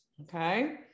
Okay